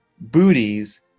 booties